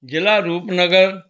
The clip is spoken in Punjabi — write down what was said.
ਜ਼ਿਲ੍ਹਾ ਰੂਪਨਗਰ